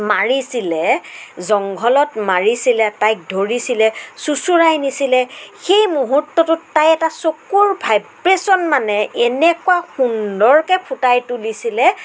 মাৰিছিলে জংঘলত মাৰিছিলে তাইক ধৰিছিলে চোচৰাই নিছিলে সেই মুহূৰ্তটোত তাই এটা চকুৰ ভাইব্ৰেছন মানে এনেকুৱা সুন্দৰকৈ ফুটাই তুলিছিলে